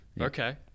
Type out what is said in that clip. Okay